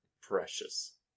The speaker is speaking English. precious